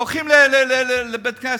שהולכים לבית-כנסת,